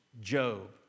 Job